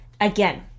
Again